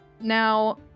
now